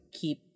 keep